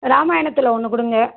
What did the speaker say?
ராமாயணத்தில் ஒன்று கொடுங்க